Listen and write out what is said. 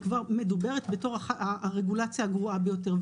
מדוברת בתור הרגולציה הגרועה ביותר.